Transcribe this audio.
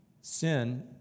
Sin